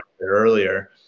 earlier